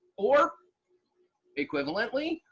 or equivalently,